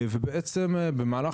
ובמהלך